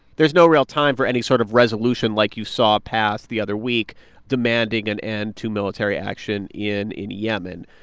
there's no real time for any sort of resolution like you saw pass the other week demanding an end to military action in in yemen.